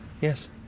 Yes